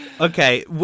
okay